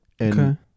Okay